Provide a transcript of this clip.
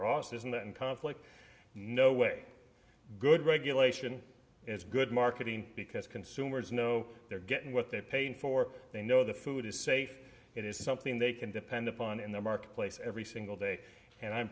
ross isn't that in conflict no way good regulation is good marketing because consumers know they're getting what they're paying for they know the food is safe it is something they can depend upon in the marketplace every single day and i'm